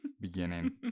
beginning